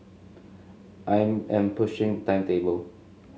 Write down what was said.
I am pushing timetable